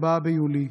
4 ביולי,